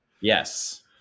yes